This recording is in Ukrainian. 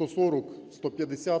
140-150